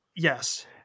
Yes